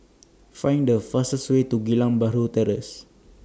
Find The fastest Way to Geylang Bahru Terrace